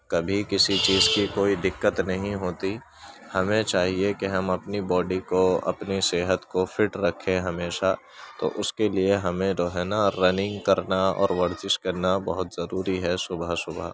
کبھی کسی چیز کی کوئی دقت نہیں ہوتی ہمیں چاہیے کہ ہم اپنی باڈی کو اپنی صحت کو فٹ رکھیں ہمیشہ تو اس کے لیے ہمیں جو ہے نا رننگ کرنا اور ورزش كرنا بہت ضروری ہے صبح صبح